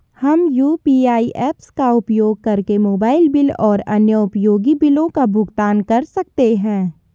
हम UPI apps का उपयोग करके मोबाइल बिल और अन्य उपयोगी बिलों का भुगतान कर सकते हैं